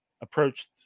approached